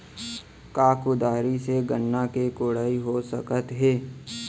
का कुदारी से गन्ना के कोड़ाई हो सकत हे?